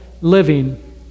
living